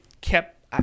kept